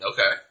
Okay